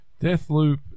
Deathloop